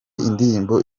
indirimbo